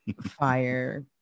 fire